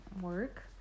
work